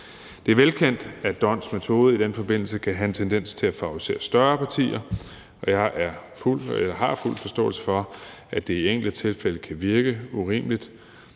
Det er velkendt, at d'Hondts metode i den forbindelse kan have en tendens til at favorisere større partier, og jeg har fuld forståelse for, at det i enkelte tilfælde kan virke urimeligt.